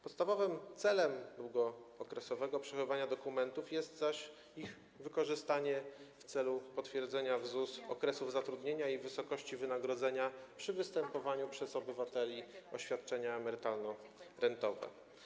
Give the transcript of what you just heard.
Podstawowym celem długookresowego przechowywania dokumentów jest ich wykorzystanie w celu potwierdzenia w ZUS okresów zatrudnienia i wysokości wynagrodzenia przy występowaniu przez obywateli o świadczenia emerytalno-rentowe.